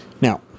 Now